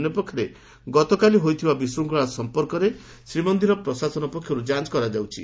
ଅନ୍ୟପକ୍ଷରେ ଗତକାଲି ହୋଇଥିବା ବିଶୃଙ୍ଖଳା ସମ୍ମର୍କରେ ଶ୍ରୀମନିର ପ୍ରଶାସନ ପକ୍ଷରୁ ଯାଞ କରାଯାଉଛି